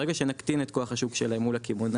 ברגע שנקטין את כוח השוק שלהם אל מול הקמעונאי,